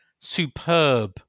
superb